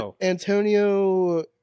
Antonio